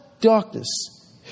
darkness